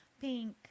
pink